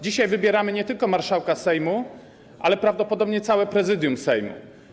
Dzisiaj wybieramy nie tylko marszałka Sejmu, lecz także prawdopodobnie całe Prezydium Sejmu.